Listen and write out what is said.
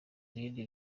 ibindi